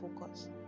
focus